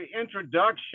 introduction